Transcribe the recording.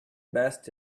best